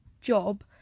job